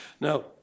Now